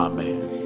Amen